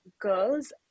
girls